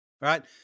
right